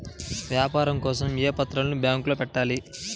వ్యాపారం కోసం ఏ పత్రాలు బ్యాంక్లో పెట్టాలి?